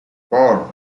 four